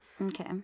Okay